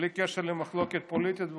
בלי קשר למחלוקת פוליטית,